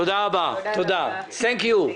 תודה רבה, Thank you.